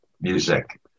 music